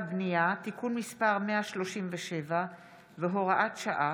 הצעת חוק התכנון והבנייה (תיקון מס' 137 והוראת שעה),